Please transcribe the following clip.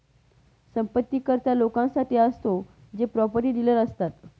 संपत्ती कर त्या लोकांसाठी असतो जे प्रॉपर्टी डीलर असतात